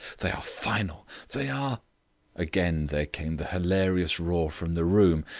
they are final they are again there came the hilarious roar from the room,